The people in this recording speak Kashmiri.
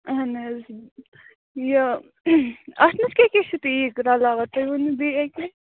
اَہَن حظ یہِ اَتھ منٛز کیٛاہ کیٛاہ چھُ تُہۍ یہِ رَلاوان تُہۍ ؤنِو بیٚیہِ اَکہِ لَٹہِ